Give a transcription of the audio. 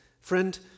friend